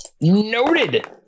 Noted